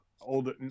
older